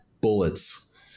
bullets